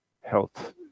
health